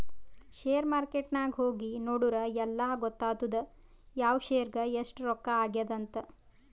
share market ನಾಗ್ ಹೋಗಿ ನೋಡುರ್ ಎಲ್ಲಾ ಗೊತ್ತಾತ್ತುದ್ ಯಾವ್ ಶೇರ್ಗ್ ಎಸ್ಟ್ ರೊಕ್ಕಾ ಆಗ್ಯಾದ್ ಅಂತ್